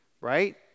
right